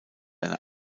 eine